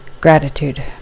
Gratitude